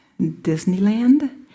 Disneyland